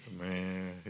Man